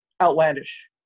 outlandish